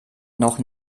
noch